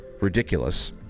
ridiculous